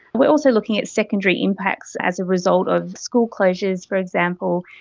we are also looking at secondary impacts as a result of school closures, for example,